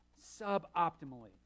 suboptimally